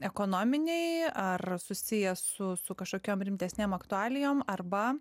ekonominėj ar susiję su kažkokiom rimtesnėm aktualijom arba